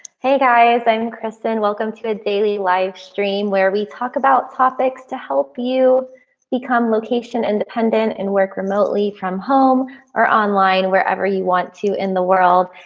hey guys, i'm kristin! welcome to a daily livestream where we talk about topics to help you become location independent and work remotely from home or online wherever you want to in the world.